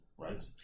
Right